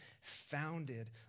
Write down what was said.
founded